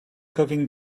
cooking